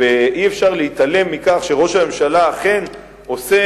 אי-אפשר להתעלם מכך שראש הממשלה אכן עושה